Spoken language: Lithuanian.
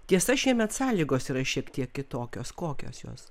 tiesa šiemet sąlygos yra šiek tiek kitokios kokios jos